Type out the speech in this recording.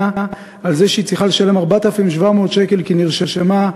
על זה שהוא צריכה לשלם 4,700 שקל כי היא נרשמה,